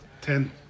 Ten